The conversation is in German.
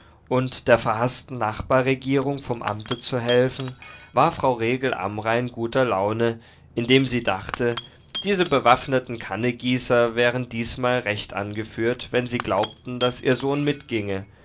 und der verhaßten nachbarregierung vom amte zu helfen war frau regel amrain guter laune indem sie dachte diese bewaffneten kannegießer wären diesmal recht angeführt wenn sie glaubten daß ihr sohn mitginge